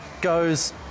goes